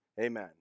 Amen